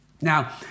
Now